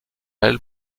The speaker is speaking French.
elles